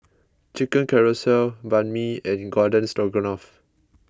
Chicken Casserole Banh Mi and Garden Stroganoff